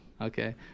Okay